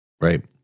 Right